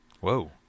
Whoa